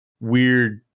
weird